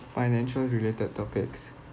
financial related topics